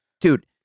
Dude